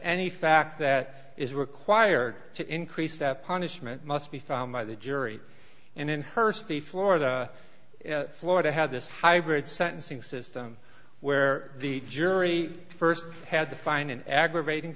any fact that is required to increase that punishment must be found by the jury and in hurst the florida florida had this hybrid sentencing system where the jury st had to find an aggravating